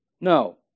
no